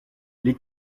les